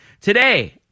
Today